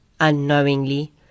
Unknowingly